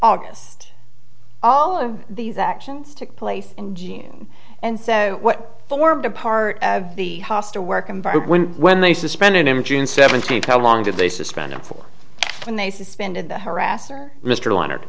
august all of these actions took place in june and so what formed a part of the hostile work environment when they suspended him june seventeenth how long did they suspend him for when they suspended the harasser mr leonard